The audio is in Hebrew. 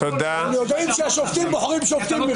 שופטים בוחרים שופטים.